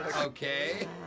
Okay